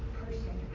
person